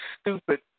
stupid